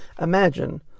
Imagine